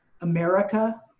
america